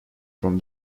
from